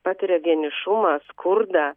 patiria vienišumą skurdą